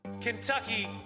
Kentucky